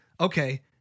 okay